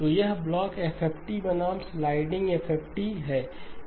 तो यह block FFT बनाम स्लाइडिंग FFT है